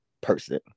person